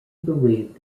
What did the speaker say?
believed